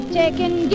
taking